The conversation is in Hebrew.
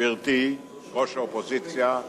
גברתי ראש האופוזיציה,